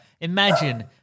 Imagine